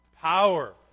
power